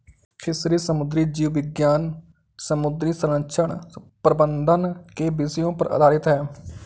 fisheries समुद्री जीव विज्ञान समुद्री संरक्षण प्रबंधन के विषयों पर आधारित है